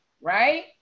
right